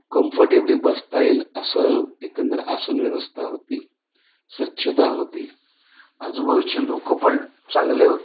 comfortably बसता येईल असं एकंदर आसन व्यवस्था होती स्वच्छता होती आजूबाजूचे लोकं पण चांगले होते